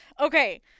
okay